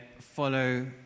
follow